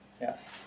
Yes